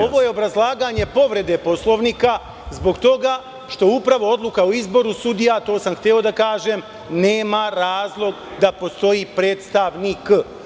Ovo je obrazlaganje povrede Poslovnika zbog toga što upravo odluka o izboru sudija, to sam hteo da kažem, nema razlog da postoji predstavnik.